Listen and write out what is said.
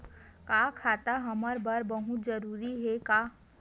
का खाता हमर बर बहुत जरूरी हे का?